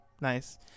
nice